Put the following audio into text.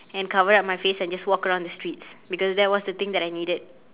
and cover up my face and just walk around the streets because that was the thing that I needed